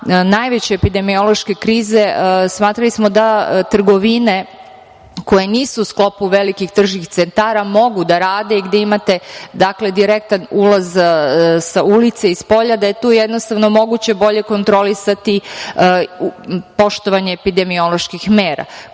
najveće epidemiološke krize, smatrali smo da trgovine koje nisu u sklopu velikih tržnih centara, mogu da rade, gde imate direktan ulaz sa ulice i spolja, da je tu jednostavno moguće bolje kontrolisati poštovanje epidemoloških